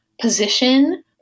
position